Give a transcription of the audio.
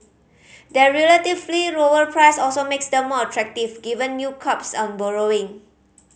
their relatively lower price also makes them more attractive given new curbs on borrowing